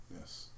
Yes